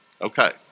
Okay